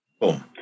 boom